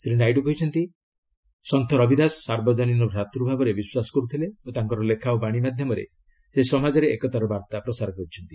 ଶ୍ରୀ ନାଇଡୁ କହିଛନ୍ତି ସନ୍ଥ ରବିଦାସ ସାର୍ବଜନୀନ ଭ୍ରାତୂଭାବରେ ବିଶ୍ୱାସ କରୁଥିଲେ ଓ ତାଙ୍କର ଲେଖା ଓ ବାଣୀ ମାଧ୍ୟମରେ ସେ ସମାଜରେ ଏକତାର ବାର୍ତ୍ତା ପ୍ରସାର କରିଛନ୍ତି